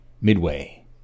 Midway